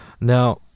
Now